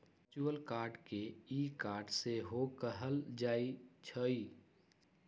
virtual card के e card सेहो कहल जाइ छइ